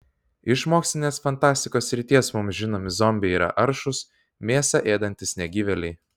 iš mokslinės fantastikos srities mums žinomi zombiai yra aršūs mėsą ėdantys negyvėliai